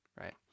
right